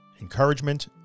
encouragement